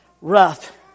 rough